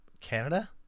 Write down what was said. Canada